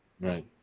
right